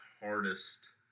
hardest